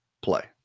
play